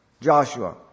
Joshua